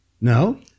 No